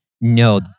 No